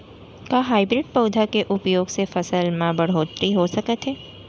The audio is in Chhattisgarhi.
का हाइब्रिड पौधा के उपयोग से फसल म बढ़होत्तरी हो सकत हे?